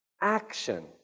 Action